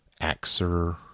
Axer